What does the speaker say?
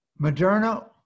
Moderna